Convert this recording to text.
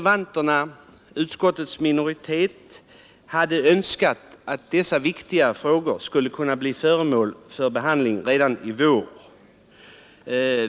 Vi reservanter hade önskat att dessa viktiga frågor skulle kunna bli föremål för behandling redan i vår.